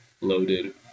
loaded